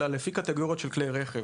אלא לפי קטגוריות של כלי רכב